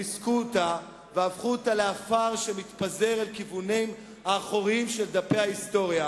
ריסקו אותה והפכו אותה לעפר שמתפזר לדפים האחוריים של ההיסטוריה.